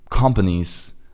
companies